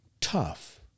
tough